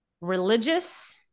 religious